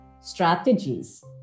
strategies